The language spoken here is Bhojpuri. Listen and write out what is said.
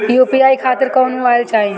यू.पी.आई खातिर कौन मोबाइल चाहीं?